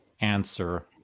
answer